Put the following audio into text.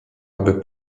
aby